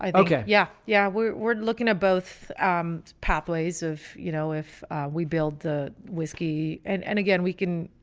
um okay, yeah, yeah, we're we're looking at both pathways of you know, if we build the whiskey, and and again, we can,